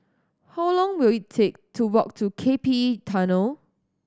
how long will it take to walk to K P E Tunnel